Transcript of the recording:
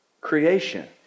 creation